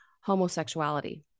homosexuality